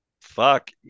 fuck